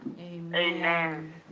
Amen